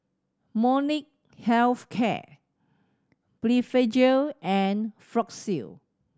Health Care Blephagel and Floxia